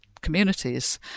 communities